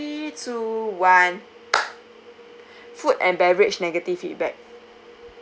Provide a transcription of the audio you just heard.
two one food and beverage negative feedback